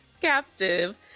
captive